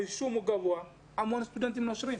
הרישום הוא גבוה אבל המון סטודנטים נושרים.